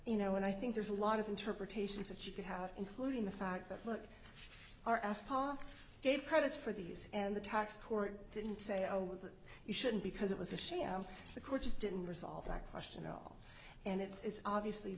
you know and i think there's a lot of interpretations that you could have including the fact that look are after all gave credits for these and the tax court didn't say oh that you shouldn't because it was a sham the court just didn't resolve that question at all and it's obviously